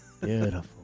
Beautiful